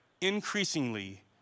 increasingly